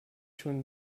schon